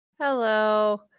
Hello